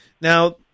Now